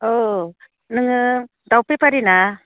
नोङो दाउ बेफारि ना